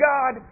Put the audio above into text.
God